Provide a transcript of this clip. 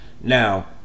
Now